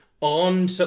on